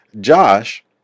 Josh